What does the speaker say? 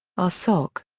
r. soc.